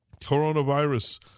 Coronavirus